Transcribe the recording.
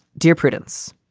dear prudence,